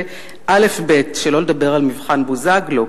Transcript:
זה אלף-בית, שלא לדבר על מבחן בוזגלו.